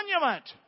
Monument